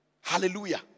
Hallelujah